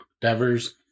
Devers